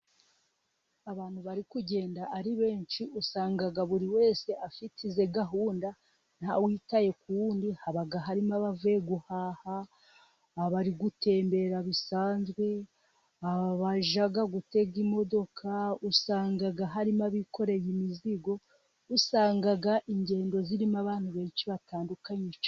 Abantu bari kugenda ari benshi, usanga buri wese afite ize gahunda nta witaye ku wundi, haba harimo abavuye guhaha abari gutembera bisanzwe, abajya gutega imodoka usanga harimo abikoreye imizigo, usanga ingendo zirimo abantu benshi batandukanye cyane.